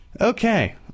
Okay